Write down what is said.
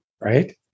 right